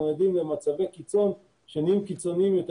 אנחנו עדים למצבי קיצון שנהיים קיצוניים יותר.